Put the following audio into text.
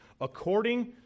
according